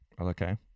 okay